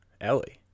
Ellie